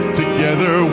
together